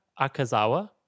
Akazawa